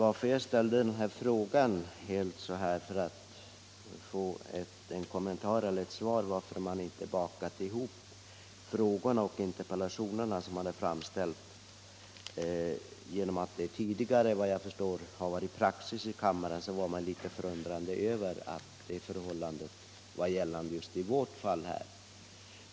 Att jag undrade varför man inte bakat ihop frågorna och interpellationerna som hade framställts berodde på att det tidigare, efter vad jag förstår, har varit praxis i kammaren att göra så. Man var litet förvånad över det förhållande som blev gällande just i vårt fall.